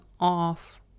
off